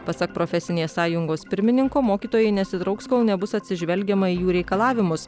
pasak profesinės sąjungos pirmininko mokytojai nesitrauks kol nebus atsižvelgiama į jų reikalavimus